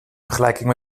vergelijking